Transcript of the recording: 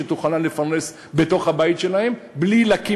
שתוכלנה לפרנס בתוך הבית שלהן בלי להקים